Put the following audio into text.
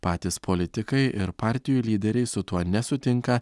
patys politikai ir partijų lyderiai su tuo nesutinka